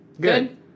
Good